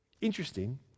Interesting